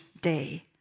Day